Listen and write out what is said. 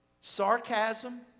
sarcasm